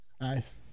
Nice